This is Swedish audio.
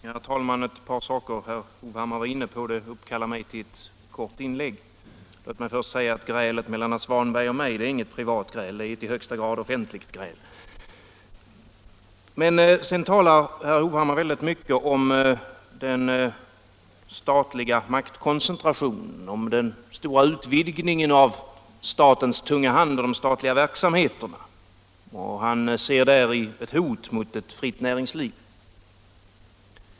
Herr talman! Ett par saker som herr Hovhammar tog upp uppkallade mig till ett kort inlägg. Låt mig först säga att grälet mellan herr Svanberg och mig inte är något privat gräl utan i högsta grad är offentligt. Men sedan talade herr Hovhammar mycket om den statliga maktkoncentrationen och om den stora utvidgningen av statens tunga hand och av den statliga verksamheten. Han ser däri ett hot mot ett fritt näringsliv.